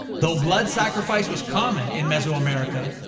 though blood sacrifice was common in mesoamerica,